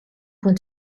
want